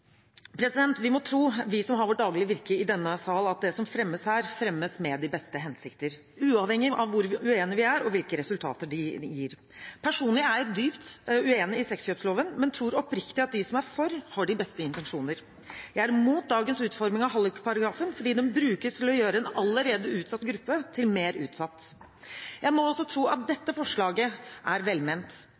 Vi må tro, vi som har vårt daglige virke i denne sal, at det som fremmes her, fremmes med de beste hensikter – uavhengig av hvor uenige vi er og hvilke resultater de gir. Personlig er jeg dypt uenig i sexkjøpsloven, men tror oppriktig at de som er for, har de beste intensjoner. Jeg er imot dagens utforming av hallikparagrafen, fordi den brukes til å gjøre en allerede utsatt gruppe til mer utsatt. Jeg må også tro at dette forslaget er velment,